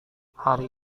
hari